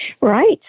Right